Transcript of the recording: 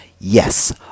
yes